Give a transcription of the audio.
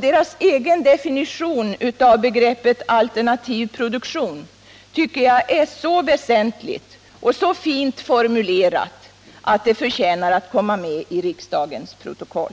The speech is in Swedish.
Deras egen definition av begreppet alternativ produktion tycker jag är så väsentlig och så fint formulerad att den förtjänar att komma med i riksdagens protokoll.